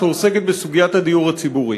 שעוסקת בסוגיית הדיור הציבורי.